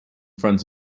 front